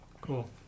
cool